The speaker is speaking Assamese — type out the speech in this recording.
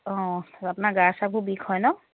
অঁ আপোনাৰ গা চাবোৰ বিষ হয় নহ্